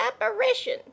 apparition